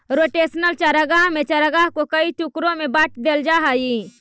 rotational चारागाह में चारागाह को कई टुकड़ों में बांट देल जा हई